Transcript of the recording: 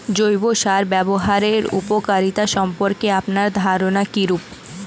জৈব সার ব্যাবহারের উপকারিতা সম্পর্কে আপনার ধারনা কীরূপ?